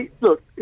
Look